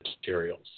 materials